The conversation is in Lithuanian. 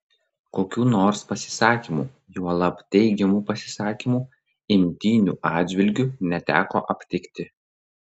kokių nors pasisakymų juolab teigiamų pasisakymų imtynių atžvilgiu neteko aptikti